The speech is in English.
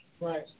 Right